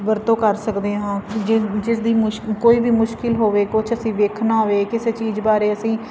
ਵਰਤੋਂ ਕਰ ਸਕਦੇ ਹਾਂ ਜਿ ਜਿਸ ਦੀ ਮੁਸ਼ਕ ਕੋਈ ਵੀ ਮੁਸ਼ਕਿਲ ਹੋਵੇ ਕੁਛ ਅਸੀਂ ਵੇਖਣਾ ਹੋਵੇ ਕਿਸੇ ਚੀਜ਼ ਬਾਰੇ ਅਸੀਂ